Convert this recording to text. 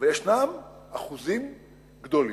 ויש אחוזים גדולים,